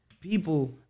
People